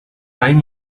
time